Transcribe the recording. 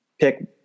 pick